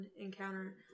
encounter